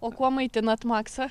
o kuo maitinat maksą